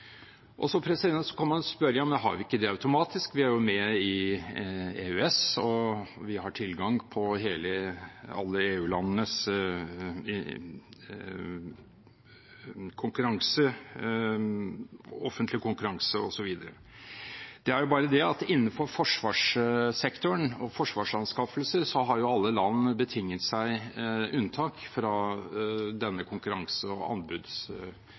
Så kan man spørre: Men har vi ikke det automatisk, vi er jo med i EØS og har tilgang på alle EU-landenes offentlige konkurranse, osv.? Det er bare det at innenfor forsvarssektoren og forsvarsanskaffelser har alle land betinget seg unntak fra denne konkurranse- og